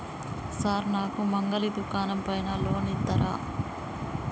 Sir నాకు మంగలి దుకాణం పైన లోన్ ఇత్తరా?